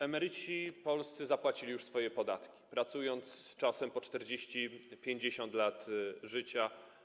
Emeryci polscy zapłacili już swoje podatki, pracując czasem po 40, 50 lat swojego życia.